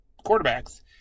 quarterbacks